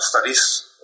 studies